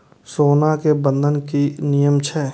सोना के बंधन के कि नियम छै?